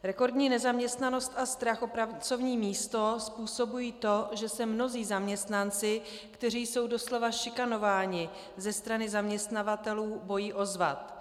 Rekordní nezaměstnanost a strach o pracovní místo způsobují to, že se mnozí zaměstnanci, kteří jsou doslova šikanováni ze strany zaměstnavatelů, bojí ozvat.